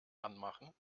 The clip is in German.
anmachen